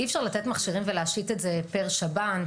אי אפשר לתת מכשירים ולהשית את זה פר שב"ן,